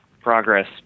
progress